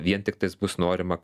vien tiktais bus norima